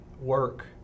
work